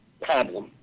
problem